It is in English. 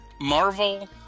Marvel